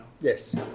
Yes